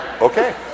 okay